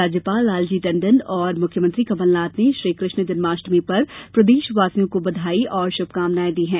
राज्यपाल लालजी टंडन और मुख्यमंत्री कमलनाथ ने श्रीकृष्ण जन्माष्टमी पर प्रदेशवासियों को बधाई और शभकामनायें दी है